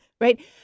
right